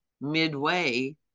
midway